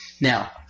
Now